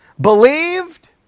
believed